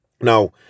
Now